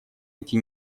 идти